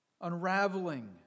Unraveling